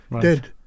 dead